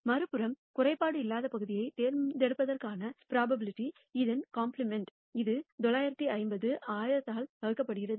மறுபுறம் குறைபாடு இல்லாத பகுதியைத் தேர்ந்தெடுப்பதற்கான ப்ரோபபிலிட்டி இதன் காம்ப்ளிமெண்டாகும் இது 950 ஐ 1000 ஆல் வகுக்கிறது